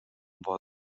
vot